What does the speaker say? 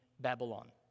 Babylon